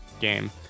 game